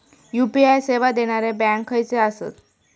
UPI सेवा देणारे bank खयचे आसत?